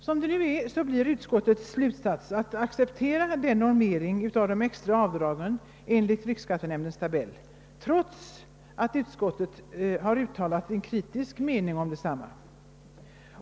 Som det nu är blir utskottets slutsats att det accepterar normeringen av de extra avdragen enligt riksskattenämndens tabell, trots att utskottet har uttalat en kritisk mening om densamma.